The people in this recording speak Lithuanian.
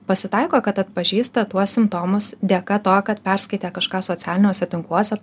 pasitaiko kad atpažįsta tuos simptomus dėka to kad perskaitė kažką socialiniuose tinkluose